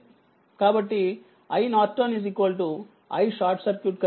కాబట్టి IN i short circuit current 9 ampere